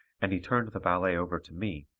and he turned the ballet over to me,